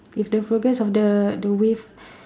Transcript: if the progress of the the waive